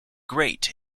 great